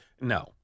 No